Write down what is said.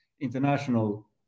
international